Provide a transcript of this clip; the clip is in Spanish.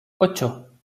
ocho